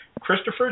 Christopher